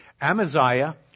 Amaziah